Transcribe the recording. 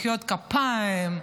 מחיאות כפיים,